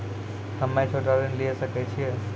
हम्मे छोटा ऋण लिये सकय छियै?